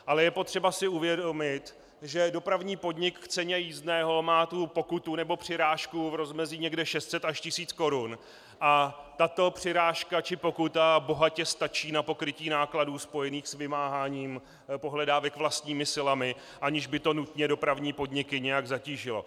Ale je potřeba si uvědomit, že dopravní podnik má k ceně jízdného pokutu nebo přirážku v rozmezí někde 600 až 1 000 korun a tato přirážka či pokuta bohatě stačí na pokrytí nákladů spojených s vymáháním pohledávek vlastními silami, aniž by to nutně dopravní podniky nějak zatížilo.